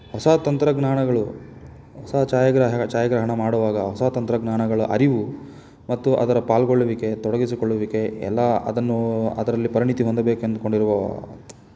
ಹೊಸ ತಂತ್ರಜ್ಞಾನಗಳು ಹೊಸ ಛಾಯಾಗ್ರಹ ಛಾಯಾಗ್ರಹಣ ಮಾಡುವಾಗ ಹೊಸ ತಂತ್ರಜ್ಞಾನಗಳ ಅರಿವು ಮತ್ತು ಅದರ ಪಾಲ್ಗೊಳ್ಳುವಿಕೆ ತೊಡಗಿಸಿಕೊಳ್ಳುವಿಕೆ ಎಲ್ಲ ಅದನ್ನು ಅದರಲ್ಲಿ ಪರಿಣತಿ ಹೊಂದಬೇಕೆಂದುಕೊಂಡಿರುವ